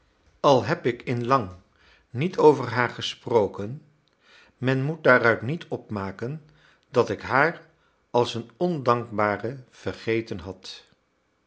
al heb ik in lang niet over haar gesproken men moet daaruit niet opmaken dat ik haar als een ondankbare vergeten had